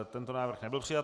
Tento návrh nebyl přijat.